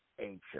ancient